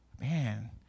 Man